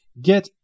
get